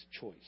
choice